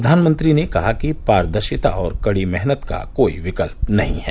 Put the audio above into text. प्रधानमंत्री ने कहा कि पारदर्शिता और कड़ी मेहनत का कोई विकल्प नहीं है